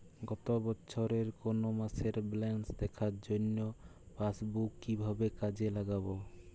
গত বছরের কোনো মাসের ব্যালেন্স দেখার জন্য পাসবুক কীভাবে কাজে লাগাব?